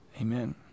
amen